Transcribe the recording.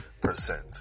percent